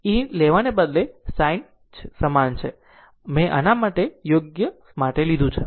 ઇ લેવાને બદલે તે sin સમાન છે મેં આને ફક્ત યોગ્ય સમજવા માટે લીધું છે